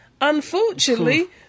unfortunately